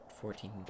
fourteen